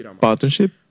partnership